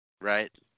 right